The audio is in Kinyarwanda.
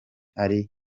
ari